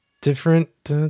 different